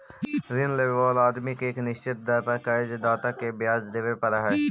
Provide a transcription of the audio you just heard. ऋण लेवे वाला आदमी के एक निश्चित दर पर कर्ज दाता के ब्याज देवे पड़ऽ हई